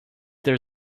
there